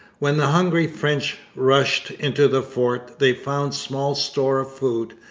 when the hungry french rushed into the fort, they found small store of food,